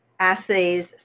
Assays